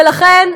ולכן,